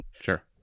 Sure